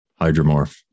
hydromorph